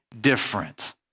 different